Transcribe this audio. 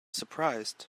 surprised